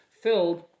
filled